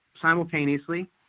simultaneously